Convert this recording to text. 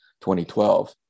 2012